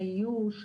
האיוש,